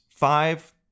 five